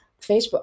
facebook